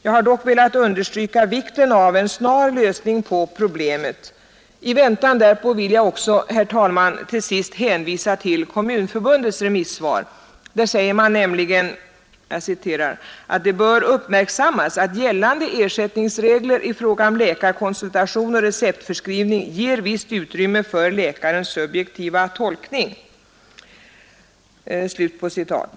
Jag har dock velat understryka vikten av en snar lösning på problemet. I väntan därpå vill jag också, herr talman, till sist hänvisa till Kommunförbundets remissvar. Där säger man nämligen ”att det bör uppmärksammas att gällande ersättningsregler i fråga om läkarkonsultation och receptförskrivning ger visst utrymme för läkarens subjektiva tolkning”.